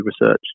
research